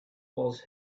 was